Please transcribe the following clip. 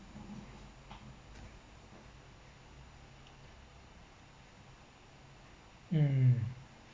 mm